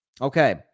Okay